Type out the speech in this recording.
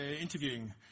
interviewing